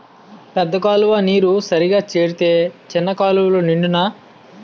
పెద్ద కాలువ నీరు సరిగా సేరితే సిన్న కాలువలు నిండునా